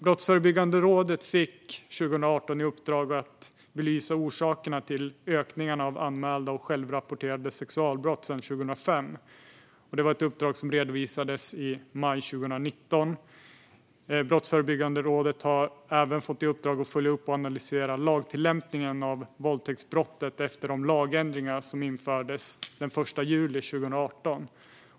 Brottsförebyggande rådet fick 2018 i uppdrag att belysa orsakerna till ökningen av anmälda och självrapporterade sexualbrott sedan 2005. Uppdraget redovisades i maj 2019. Brottsförebyggande rådet har även fått i uppdrag att följa upp och analysera lagtillämpningen av våldtäktsbrottet efter de lagändringar som infördes den 1 juli 2018.